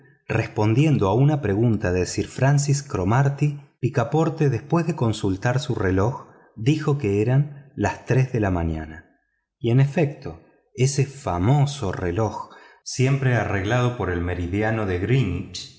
respondiendo a una pregunta de sir francis cromarty picaporte después de consultar su reloj dijo que eran las tres de la mañana y en efecto ese famoso reloj siempre areglado por el meridiano de